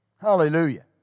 Hallelujah